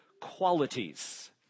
qualities